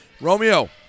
Romeo